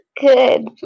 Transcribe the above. Good